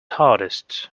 hardest